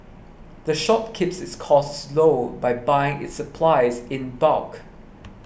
the shop keeps its costs low by buying its supplies in bulk